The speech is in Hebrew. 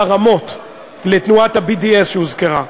החרמות, תנועת ה-BDS שהוזכרה.